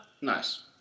Nice